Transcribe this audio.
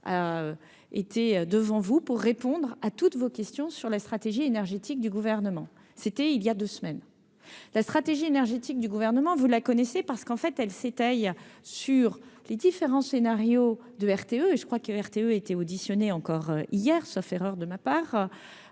a été devant vous pour répondre à toutes vos questions sur la stratégie énergétique du gouvernement c'était il y a 2 semaines, la stratégie énergétique du gouvernement, vous la connaissez parce qu'en fait elle s'étaye sur les différents scénarios de RTE, et je crois que RTE été auditionné encore hier, sauf erreur de ma part.